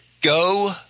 Go